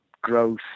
growth